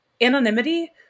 anonymity